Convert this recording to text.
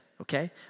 okay